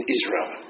Israel